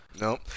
Nope